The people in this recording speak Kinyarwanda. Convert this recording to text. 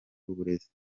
uburezi